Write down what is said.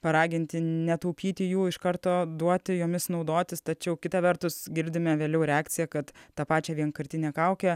paraginti netaupyti jų iš karto duoti jomis naudotis tačiau kita vertus girdime vėliau reakcija kad tą pačią vienkartinę kaukę